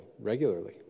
regularly